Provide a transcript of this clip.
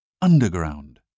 Underground